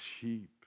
sheep